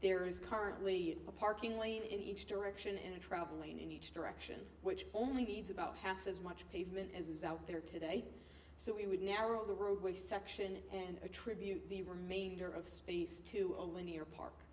there is currently a parking lane in each direction and travelling in each direction which only needs about half as much pavement as is out there today so we would narrow the roadway section and attribute the remainder of space to a linear park